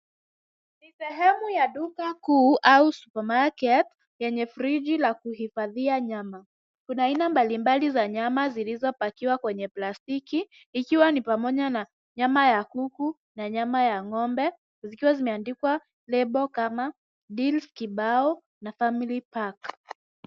Ni sehemu ya duka kuu au supermarket yenye friji la kuhifadhia nyama. Kuna aina mbalimbali za nyama zilizopakiwa kwenye plastiki ikiwa ni pamoja na nyama ya kuku na nyama ya ng'ombe, zikiwa zimeandikwa lebo kama deals kibao na family pack .